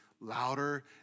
louder